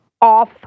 off